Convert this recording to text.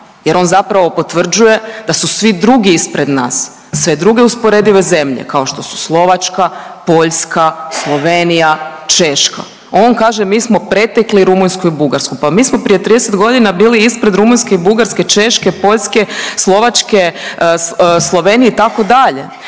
jer on zapravo potvrđuje da su svi drugi ispred nas, sve druge usporedive zemlje kao što su Slovačka, Poljska, Slovenija, Češka. On kaže mi smo pretekli Rumunjsku i Bugarsku, pa mi smo prije 30.g. bili ispred Rumunjske i Bugarske, Češke, Poljske, Slovačke, Slovenije itd., ali